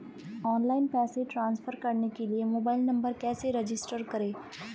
Online पैसे transfer करने के लिए मोबाइल नंबर कैसे रजिस्टर करें?